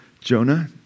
Jonah